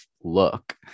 look